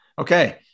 Okay